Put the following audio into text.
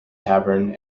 tavern